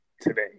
today